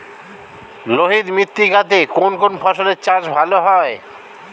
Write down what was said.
লোহিত মৃত্তিকা তে কোন কোন ফসলের চাষ ভালো হয়?